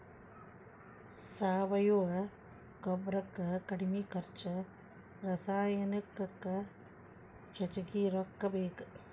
ಸಾವಯುವ ಗೊಬ್ಬರಕ್ಕ ಕಡಮಿ ಖರ್ಚು ರಸಾಯನಿಕಕ್ಕ ಹೆಚಗಿ ರೊಕ್ಕಾ ಬೇಕ